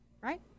right